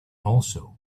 also